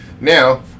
now